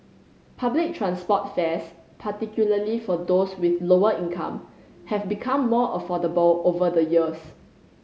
public transport fares particularly for those with lower income have become more affordable over the years